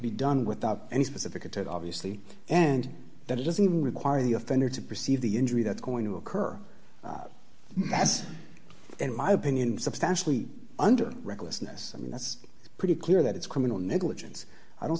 be done without any specific attack obviously and that it doesn't even require the offender to perceive the injury that's going to occur as in my opinion substantially under recklessness i mean that's pretty clear that it's criminal negligence i don't